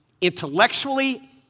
intellectually